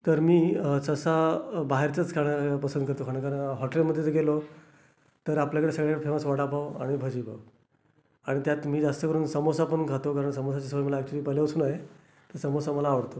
तर मी सह्सा बाहेरचंच खाणं पसंद करतो कारण हॉटेलमध्ये जर गेलो तर आपल्याकडे सगळ्यात फेमस वडापाव आणि भजीपाव आणि त्यात मी जास्त करून समोसा पण खातो कारण समोस्याची सवय मला ॲक्चुली पहिल्यापासून आए तर सामोसा मला आवडतो